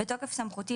בתוקף סמכותי,